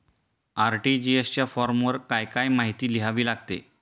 RTGS च्या फॉर्मवर काय काय माहिती लिहावी लागते?